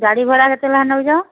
ଗାଡ଼ି ଭଡ଼ା କେତେ ଲାଖେ ନେଉଛ